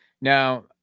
now